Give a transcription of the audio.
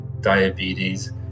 diabetes